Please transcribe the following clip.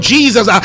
Jesus